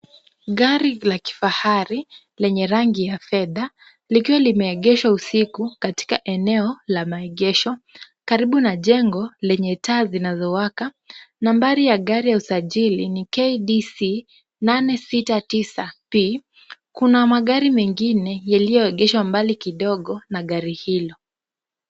Gari la kifahari lenye rangi ya fedha likiwa limeegeshwa usiku katika eneo la maegesho, karibu na jengo lenye taa zinazowaka. Nambari ya gari ya usajili ni KDC 869P. Kuna magari mengine yaliyoegeshwa mbali kidogo na gari hilo.